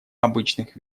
обычных